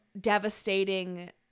Devastating